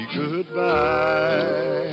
goodbye